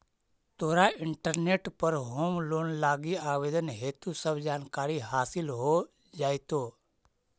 तोरा इंटरनेट पर home loan लागी आवेदन हेतु सब जानकारी हासिल हो जाएतो